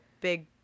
big